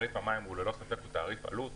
לכן